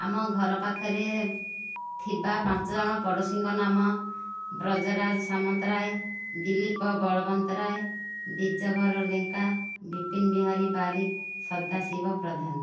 ଆମ ଘର ପାଖରେ ଥିବା ପାଞ୍ଚଜଣ ପଡ଼ୋଶୀଙ୍କ ନାମ ବ୍ରଜରାଜ ସାମନ୍ତରାୟ ଦିଲୀପ ବଳବନ୍ତରାୟ ଦିଯାବର ଲେଙ୍କା ବିପିନ୍ ବିହାରୀ ବାରିକ ସଦାଶିବ ପ୍ରଧାନ